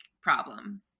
problems